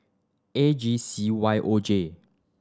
A G C Y O J